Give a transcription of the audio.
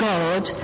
God